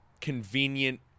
convenient